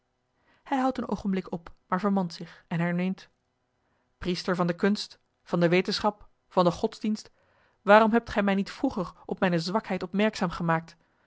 hij houdt een oogenblik op maar vermant zich en herneemt priester van de kunst van de wetenschap van de godsdienst waarom hebt gij mij niet vroeger op mijne zwakheid opmerkzaam gemaakt